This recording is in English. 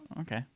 okay